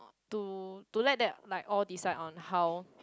to to let that like all decide on how